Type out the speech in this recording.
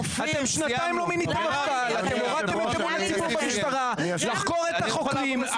אתם שנתיים --- אתם הורדתם את אמון הציבור במשטרה לחקור את החוקרים,